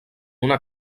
una